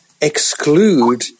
exclude